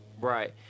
Right